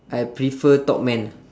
I prefer topman